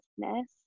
business